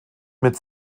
mit